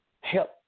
help